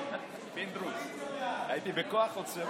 עמדתי קודם פה